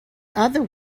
other